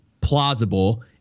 plausible